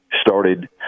started